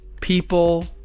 people